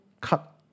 cut